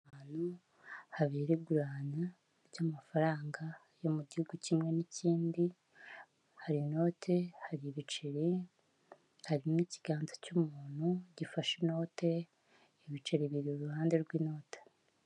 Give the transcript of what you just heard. Ahantu habera igurana ry'amafaranga yo mu gihugu kimwe n'ikindi, hari inote, hari ibiceri, hari n'ikiganza cy'umuntu gifashe inote, ibiceri biri iruhande rw'inote.